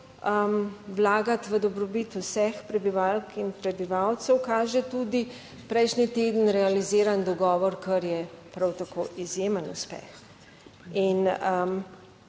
vlagati v dobrobit vseh prebivalk in prebivalcev, kaže tudi prejšnji teden realiziran dogovor, kar je prav tako izjemen uspeh, in